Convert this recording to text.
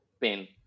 pain